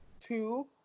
two